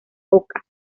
oca